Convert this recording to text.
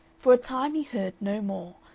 for a time he heard no more,